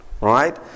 Right